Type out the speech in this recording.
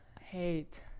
hate